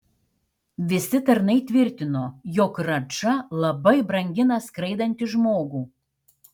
visi tarnai tvirtino jog radža labai brangina skraidantį žmogų